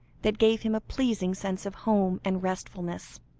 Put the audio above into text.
that gave him a pleasing sense of home and restfulness.